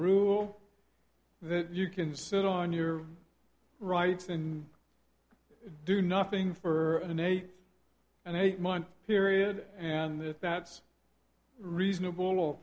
rule that you can sit on your rights and do nothing for an eight and eight month period and if that's reasonable